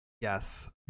Yes